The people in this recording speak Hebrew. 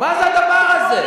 מה זה הדבר הזה?